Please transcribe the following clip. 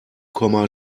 komma